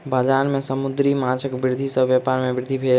बजार में समुद्री माँछक वृद्धि सॅ व्यापार में वृद्धि भेल